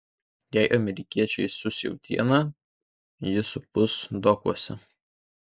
jei amerikiečiai siųs jautieną ji supus dokuose